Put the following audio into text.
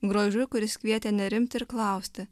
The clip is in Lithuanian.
grožiu kuris kvietė nerimti ir klausti